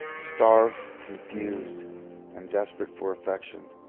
starved, confused and desperate for affection,